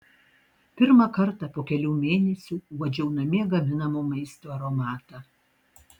pirmą kartą po kelių mėnesių uodžiau namie gaminamo maisto aromatą